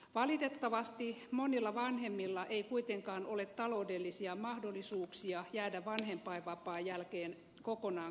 valitettavasti monilla vanhemmilla ei kuitenkaan ole taloudellisia mahdollisuuksia jäädä vanhempainvapaan jälkeen kokonaan kotiin